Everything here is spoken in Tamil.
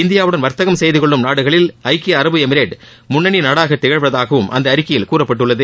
இந்தியாவுடன் வர்த்தகம் செய்தகொள்ளும் நாடுகளில் ஐக்கிய அரபு எமிரேட் முன்னணி நாடாக திகழ்வதாகவும் அந்த அறிக்கையில் கூறப்பட்டுள்ளது